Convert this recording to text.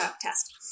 test